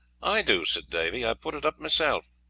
i do, said davy. i put it up myself.